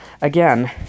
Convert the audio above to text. again